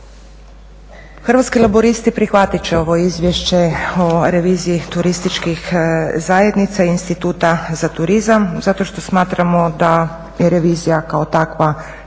Hrvatski laburisti prihvatit će ovo Izvješće o reviziji turističkih zajednica i Instituta za turizam zato što smatramo da je revizija kao takva temeljem